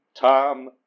Tom